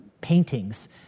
paintings